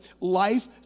Life